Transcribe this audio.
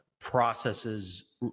processes